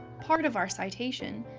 part of our citation,